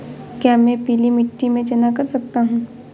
क्या मैं पीली मिट्टी में चना कर सकता हूँ?